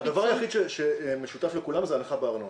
--- הדבר היחיד שמשותף לכולם זו הנחה בארנונה.